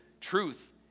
truth